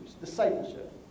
discipleship